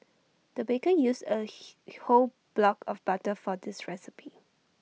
the baker used A whole block of butter for this recipe